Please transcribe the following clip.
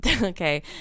okay